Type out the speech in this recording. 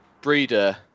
Breeder